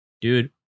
dude